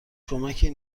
کمکی